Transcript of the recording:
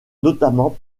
notamment